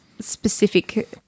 specific